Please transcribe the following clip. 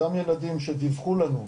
אותם ילדים שדיווחו לנו,